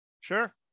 Sure